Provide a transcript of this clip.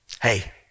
Hey